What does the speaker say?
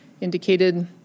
indicated